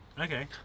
Okay